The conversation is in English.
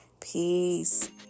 Peace